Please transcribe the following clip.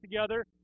together